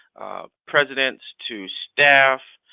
presidents to staff,